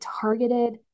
targeted